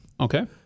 Okay